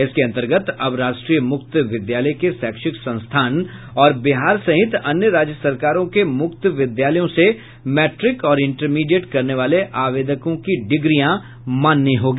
इसके अंतर्गत अब राष्ट्रीय मुक्त विद्यालय के शैक्षिक संस्थान और बिहार सहित अन्य राज्य सरकारों के मुक्त विद्यालयों से मैट्रिक और इंटरमीडिएट करने वाले आवेदकों की डिग्रियां मान्य होगी